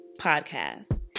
podcast